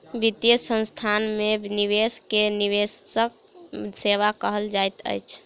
वित्तीय संस्थान में निवेश के निवेश सेवा कहल जाइत अछि